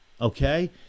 Okay